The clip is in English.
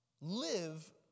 live